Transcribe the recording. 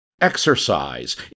Exercise